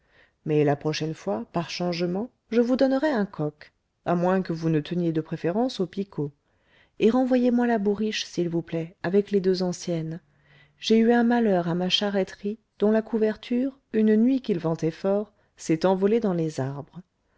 mais la prochaine fois par changement je vous donnerai un coq à moins que vous ne teniez de préférence aux picots et renvoyez-moi la bourriche s'il vous plaît avec les deux anciennes j'ai eu un malheur à ma charreterie dont la couverture une nuit qu'il ventait fort s'est envolée dans les arbres